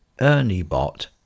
ErnieBot